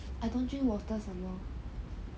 I don't drink water